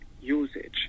usage